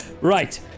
Right